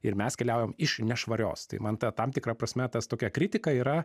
ir mes keliaujam iš nešvarios tai man ta tam tikra prasme tas tokia kritika yra